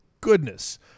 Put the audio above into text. Goodness